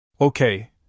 Okay